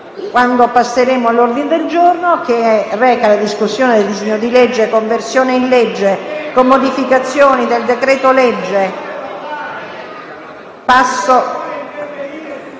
Quando passeremo all'ordine del giorno, che reca la discussione del disegno di legge conversione in legge con modificazioni del decreto-legge ...